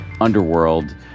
underworld